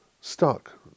stuck